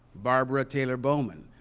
barbara taylor bowman,